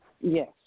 Yes